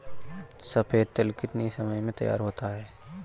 सफेद तिल कितनी समय में तैयार होता जाता है?